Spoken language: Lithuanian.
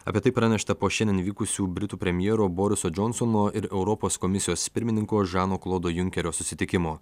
apie tai pranešta po šiandien įvykusių britų premjero boriso džonsono ir europos komisijos pirmininko žano klodo junkerio susitikimo